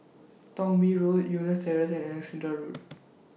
Thong Bee Road Eunos Terrace and Alexandra Road